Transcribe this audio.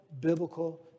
biblical